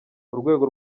urwego